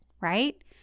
right